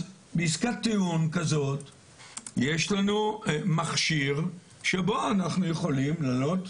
אז בעסקת טיעון כזאת יש לנו מכשיר שבו אנחנו יכולים אם דרוש,